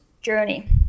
journey